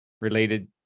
related